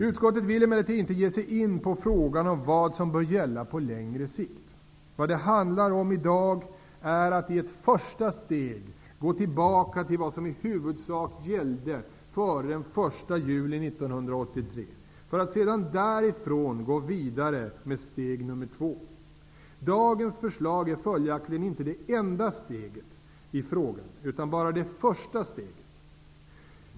Utskottet vill emellertid inte ge sig in på frågan om vad som bör gälla på längre sikt. Vad det handlar om i dag är att i ett första steg gå tillbaka till vad som i huvudsak gällde före den 1 juli 1983 för att sedan därifrån gå vidare med steg nummer två. Dagens förslag är följaktligen inte det enda steget i frågan, utan bara det första steget.